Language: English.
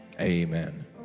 Amen